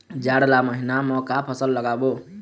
जाड़ ला महीना म का फसल लगाबो?